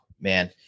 Man